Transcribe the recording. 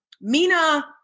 Mina